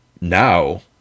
Now